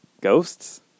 Ghosts